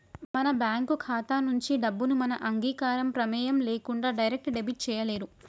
మన బ్యేంకు ఖాతా నుంచి డబ్బుని మన అంగీకారం, ప్రెమేయం లేకుండా డైరెక్ట్ డెబిట్ చేయలేరు